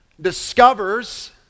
discovers